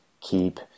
keep